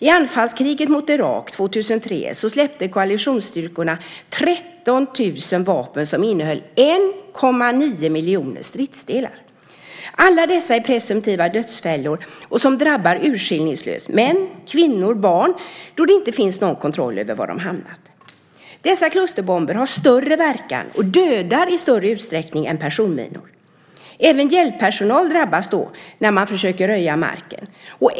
I anfallskriget mot Irak 2003 släppte koalitionsstyrkorna 13 000 vapen som innehöll 1,9 miljoner stridsdelar. Alla dessa är presumtiva dödsfällor och drabbar urskillningslöst, män, kvinnor och barn, då det inte finns någon kontroll över var de hamnar. Dessa klusterbomber har större verkan och dödar i större utsträckning än personminor. Även hjälppersonal drabbas när man försöker röja marken.